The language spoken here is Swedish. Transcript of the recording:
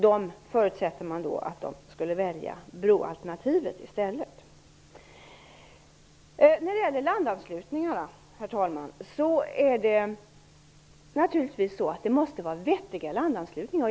Dessa förutsätter man skulle välja broalternativet i stället. Naturligtvis måste det, herr talman, vara vettiga landanslutningar.